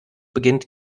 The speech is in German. beginnt